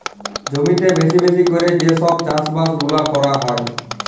জমিতে বেশি বেশি ক্যরে যে সব চাষ বাস গুলা ক্যরা হ্যয়